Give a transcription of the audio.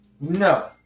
No